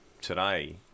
today